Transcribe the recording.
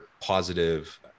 positive